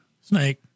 Snake